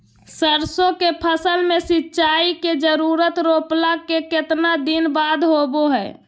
सरसों के फसल में सिंचाई के जरूरत रोपला के कितना दिन बाद होबो हय?